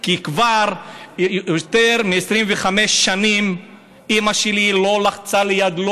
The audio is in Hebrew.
כי כבר יותר מ-25 שנים אימא שלי לא לחצה לי יד,